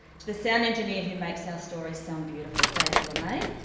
to the sound engineer who makes our stories sound beautiful david lemay,